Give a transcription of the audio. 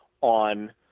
on